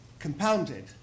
compounded